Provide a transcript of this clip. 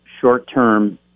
short-term